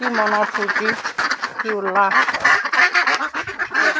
কি মনৰ ফূৰ্তি কি উল্লাস